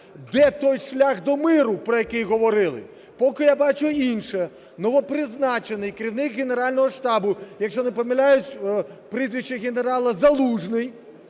Де той шлях до миру, про який говорили? Поки я бачу інше. Новопризначений керівник Генерального штабу, якщо не помиляюсь, прізвище генерала Залужний,